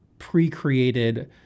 pre-created